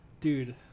Dude